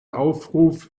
aufruf